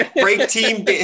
break-team